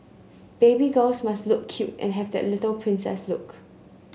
baby girls must look cute and have that little princess look